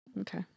Okay